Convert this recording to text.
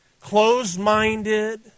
closed-minded